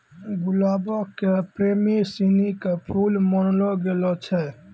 गुलाबो के प्रेमी सिनी के फुल मानलो गेलो छै